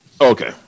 Okay